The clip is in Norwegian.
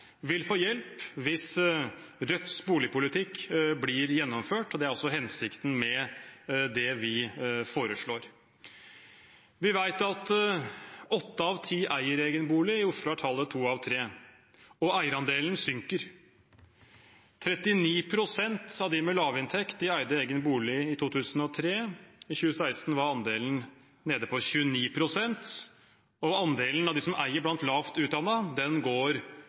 vil få hjelp hvis Rødts boligpolitikk blir gjennomført. Det er også hensikten med det vi foreslår. Vi vet at åtte av ti eier egen bolig. I Oslo er tallet to av tre, og eierandelen synker. 39 pst. av de med lavinntekt eide egen bolig i 2003. I 2016 var andelen nede på 29 pst., og andelen som eier blant lavt utdannede, går